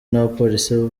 n’abapolisi